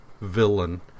villain